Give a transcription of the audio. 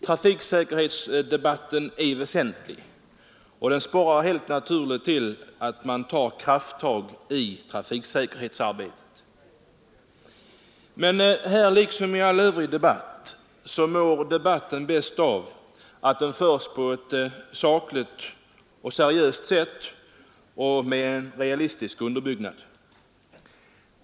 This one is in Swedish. Trafiksäkerhetsdebatten är väsentlig och sporrar oss helt naturligt att ta krafttag i trafiksäkerhetsarbetet, men den liksom all annan debatt mår bäst av att föras på ett sakligt och seriöst sätt och med en realistisk underbyggnad.